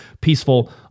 Peaceful